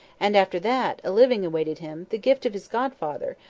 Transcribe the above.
and after that, a living awaited him, the gift of his godfather,